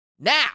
now